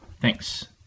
Thanks